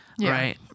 right